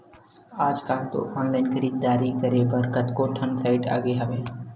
आजकल तो ऑनलाइन खरीदारी करे बर कतको ठन साइट आगे हवय